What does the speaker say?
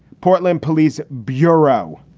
portland police bureau.